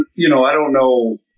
you know i don't know,